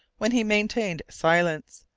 when he maintained silence,